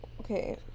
okay